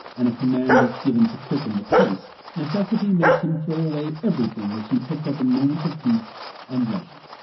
and a command is given to quicken the pace, necessity makes him throw away everything, which he picked up in moments of peace and leisure.